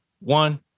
one